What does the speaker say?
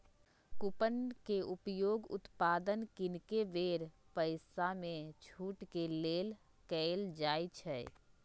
coupon के उपयोग उत्पाद किनेके बेर पइसामे छूट के लेल कएल जाइ छइ